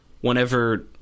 whenever